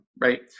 right